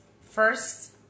First